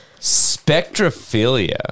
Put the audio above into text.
Spectrophilia